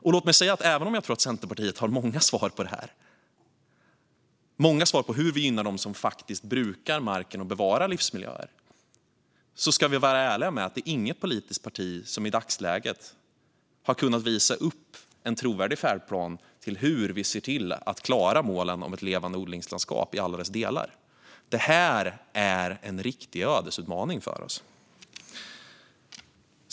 Och låt mig säga att även om jag tror att Centerpartiet har många svar på det här, många svar på hur vi gynnar dem som faktiskt brukar marken och bevarar livsmiljöer, ska vi vara ärliga med att inget politiskt parti i dagsläget har kunnat visa upp en trovärdig färdplan för hur vi ser till att klara målen om ett levande odlingslandskap i alla dessa delar. Det här är en riktig ödesutmaning för oss.